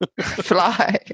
fly